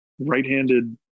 right-handed